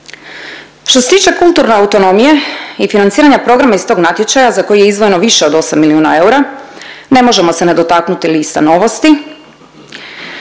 Što se tiče kulturne autonomije i financiranja programa iz tog natječaja za koji je izdvojeno više od 8 milijuna eura, ne možemo se ne dotaknuti lista Novosti.